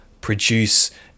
produce